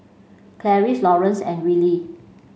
Laurence and Wiley